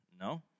no